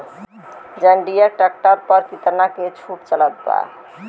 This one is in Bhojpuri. जंडियर ट्रैक्टर पर कितना के छूट चलत बा?